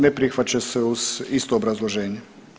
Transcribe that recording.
Ne prihvaća se uz isto obrazloženje.